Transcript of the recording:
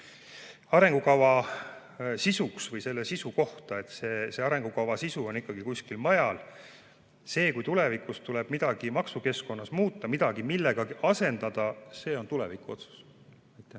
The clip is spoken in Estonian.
arengukava sisuks või selle sisu kohta. Selle arengukava sisu on ikkagi midagi muud. Kui tulevikus tuleb midagi maksukeskkonnas muuta, midagi millegagi asendada, siis see on tulevikuotsus. Urmas